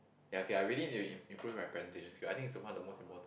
ya okay I really need im~ improve my presentation skills I think it's one of the most important